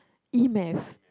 E math